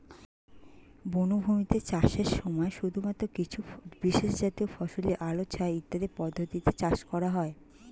বনভূমিতে চাষের সময় শুধুমাত্র কিছু বিশেষজাতীয় ফসলই আলো ছায়া ইত্যাদি পদ্ধতিতে চাষ করা হয়